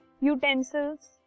Utensils